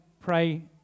pray